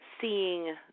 seeing